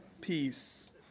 peace